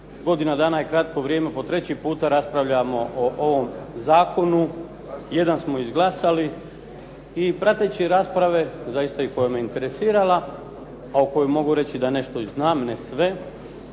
godina dana je kratko vrijeme, po treći raspravljamo o ovom zakonu. Jedan smo izglasali i prateći rasprave, zaista i koja me interesirala, a o kojoj mogu reći da nešto i znam, ne sve,